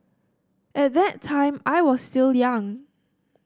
at that time I was still young